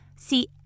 see